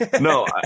No